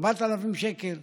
4,000 שקל.